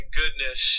goodness